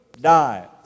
die